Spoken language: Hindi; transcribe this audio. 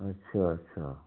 अच्छा अच्छा